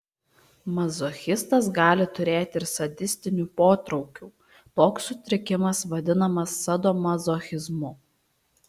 mazochistas gali turėti ir sadistinių potraukių toks sutrikimas vadinamas sadomazochizmu